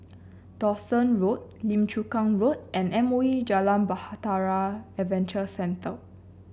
Dawson Road Lim Chu Kang Road and M O E Jalan Bahtera Adventure Centre